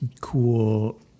cool